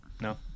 No